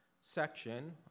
section